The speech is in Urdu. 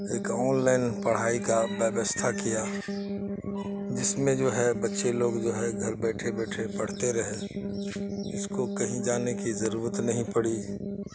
ایک آن لائن پڑھائی کا ویوستھا کیا جس میں جو ہے بچے لوگ جو ہے گھر بیٹھے بیٹھے پڑھتے رہے اس کو کہیں جانے کی ضرورت نہیں پڑی